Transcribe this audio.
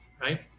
right